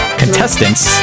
contestants